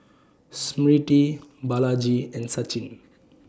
Smriti Balaji and Sachin